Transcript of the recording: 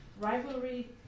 rivalry